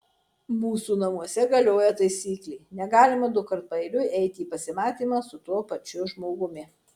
mūsų namuose galioja taisyklė negalima dukart paeiliui eiti į pasimatymą su tuo pačiu žmogumi